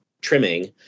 trimming